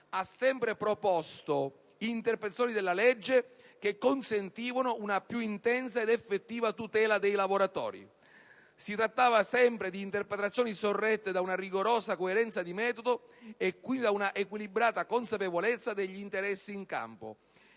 Ha sempre proposto interpretazioni della legge che consentivano una più intensa ed effettiva tutela dei lavoratori. Si trattava sempre di interpretazioni sorrette da una rigorosa coerenza di metodo e quindi da una equilibrata consapevolezza degli interessi in campo.